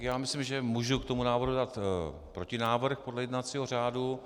Já myslím, že můžu k tomu návrhu dát protinávrh podle jednacího řádu.